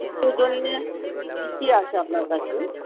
সুক্তোর জন্যে কী কী আছে আপনার কাছে